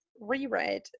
reread